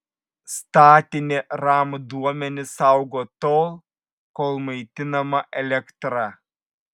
statinė ram duomenis saugo tol kol maitinama elektra